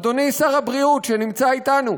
אדוני שר הבריאות, שנמצא אתנו,